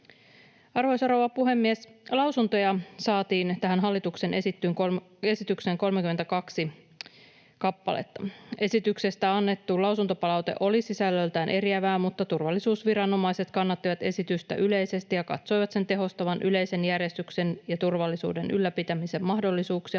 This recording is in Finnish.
Arvoisa rouva puhemies! Lausuntoja saatiin tähän hallituksen esitykseen 32 kappaletta. Esityksestä annettu lausuntopalaute oli sisällöltään eriävää, mutta turvallisuusviranomaiset kannattivat esitystä yleisesti ja katsoivat sen tehostavan yleisen järjestyksen ja turvallisuuden ylläpitämisen mahdollisuuksia